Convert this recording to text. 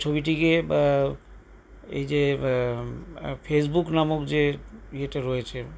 ছবিটিকে এই যে ফেসবুক নামক যে ইয়েটা রয়েছে